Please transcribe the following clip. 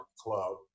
club